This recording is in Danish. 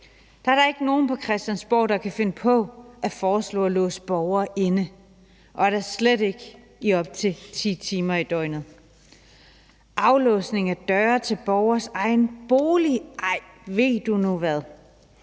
der er da ikke nogen på Christiansborg, der kan finde på at foreslå at låse borgere inde, og da slet ikke i op til 10 timer i døgnet; aflåsning af døre til borgeres egne boliger – ej, ved du nu hvad!